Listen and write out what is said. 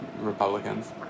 Republicans